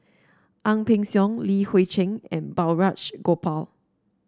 Ang Peng Siong Li Hui Cheng and Balraj Gopal